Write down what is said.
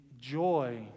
joy